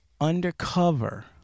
undercover